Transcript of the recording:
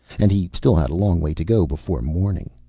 and he still had a long way to go, before morning.